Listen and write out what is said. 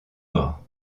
morts